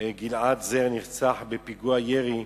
גלעד זר נרצח בפיגוע ירי.